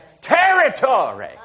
territory